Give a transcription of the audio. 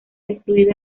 destruido